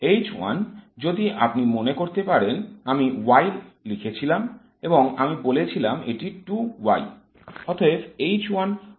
H 1 যদি আপনি মনে করতে পারেন আমি y লিখেছিলাম এবং আমি বলেছিলাম এটি 2y